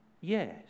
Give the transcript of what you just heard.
yes